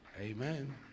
Amen